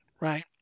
Right